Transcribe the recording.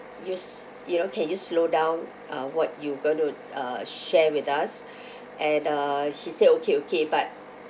you s~ you know can you slow down uh what you going to uh share with us and uh he said okay okay but